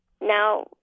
now